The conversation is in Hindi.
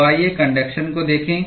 तो आइए कन्डक्शन को देखें